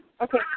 Okay